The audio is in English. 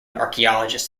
archaeologists